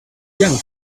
young